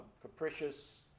capricious